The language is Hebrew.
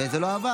וזה לא עבר.